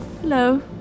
Hello